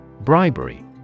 Bribery